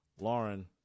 Lauren